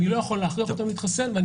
אני לא יכול להכריח אותם להתחסן ואני